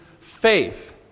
faith